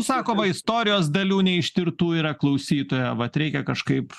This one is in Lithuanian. sako va istorijos dalių neištirtų yra klausytoja vat reikia kažkaip